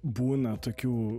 būna tokių